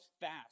fast